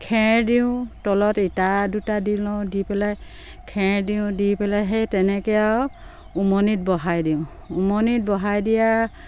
খেৰ দিওঁ তলত ইটা দুটা দি লওঁ দি পেলাই খেৰ দিওঁ দি পেলাই সেই তেনেকে আৰু উমনিত বহাই দিওঁ উমনিত বহাই দিয়া